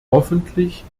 hoffentlich